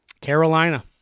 Carolina